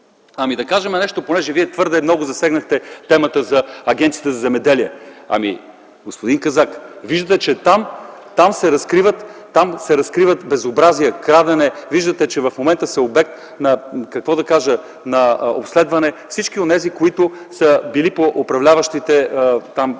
Да кажем и нещо друго, понеже Вие твърде много засегнахте темата за Агенцията за земеделие. Господин Казак, виждате, че там се разкриват безобразия, крадене. Виждате, че в момента са обект на обследване всички онези, които са били по управляващите